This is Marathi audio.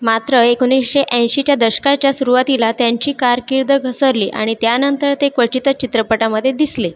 मात्र एकोणिसशे ऐंशीच्या दशकाच्या सुरुवातीला त्यांची कारकीर्द घसरली आणि त्यानंतर ते क्वचितच चित्रपटामध्ये दिसले